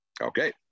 Okay